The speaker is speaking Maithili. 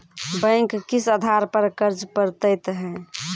बैंक किस आधार पर कर्ज पड़तैत हैं?